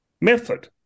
method